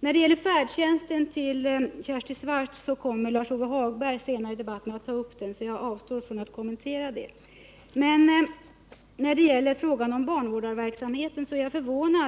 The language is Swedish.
Lars-Ove Hagberg kommer senare i debatten att ta upp frågan om färdtjänsten, och jag avstår därför från att kommentera vad Kersti Swartz sade härom. Jag är förvånad